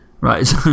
right